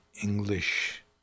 English